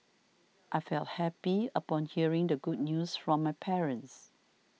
I felt happy upon hearing the good news from my parents